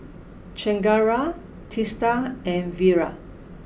Chengara Teesta and Virat